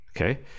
Okay